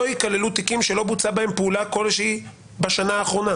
ייכללו תיקים שלא בוצעה בהם פעולה כלשהי בשנה האחרונה,